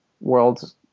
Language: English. worlds